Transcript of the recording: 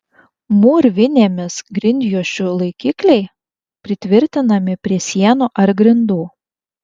mūrvinėmis grindjuosčių laikikliai pritvirtinami prie sienų ar grindų